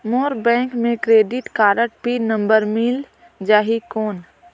मोर bank मे credit card pin number मिल जाहि कौन?